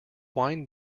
wind